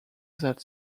that